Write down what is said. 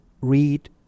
read